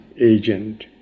agent